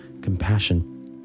compassion